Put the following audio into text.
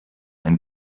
ein